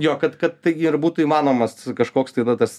jo kad kad tai ir būtų įmanomas kažkoks tai na tas